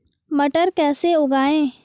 मटर कैसे उगाएं?